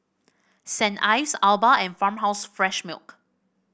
Saint Ives Alba and Farmhouse Fresh Milk